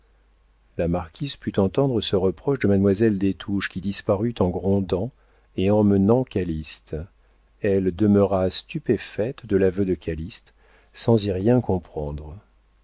la marquise put entendre ce reproche de mademoiselle des touches qui disparut en grondant et emmenant calyste elle demeura stupéfaite de l'aveu de calyste sans y rien comprendre